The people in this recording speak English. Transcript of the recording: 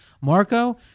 Marco